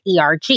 ERG